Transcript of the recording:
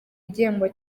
igihembo